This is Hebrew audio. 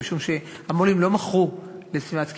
משום שהמו"לים לא מכרו ל"סטימצקי",